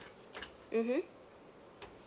mmhmm